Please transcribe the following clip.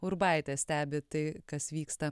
urbaitė stebi tai kas vyksta